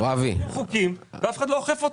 יש חוקים ואף אחד לא אוכף אותם.